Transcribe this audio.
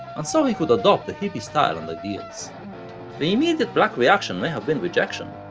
and so he could adopt the hippie style and ideals. the immediate black reaction may have been rejection,